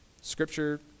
Scripture